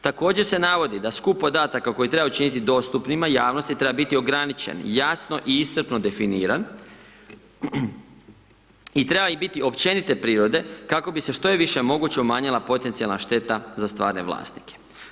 Također se navodi da skup podataka koji trebaju činiti dostupnima javnosti treba biti ograničen, jasno i iscrpno definiran i treba i biti općenite prirode kako bi se što je više moguće umanjila potencijalna šteta za stvarne vlasnike.